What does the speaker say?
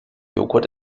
joghurt